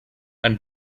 and